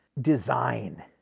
design